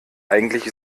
eigentlich